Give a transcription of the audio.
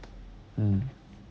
mm